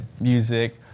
music